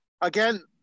again